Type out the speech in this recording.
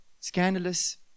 scandalous